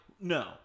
no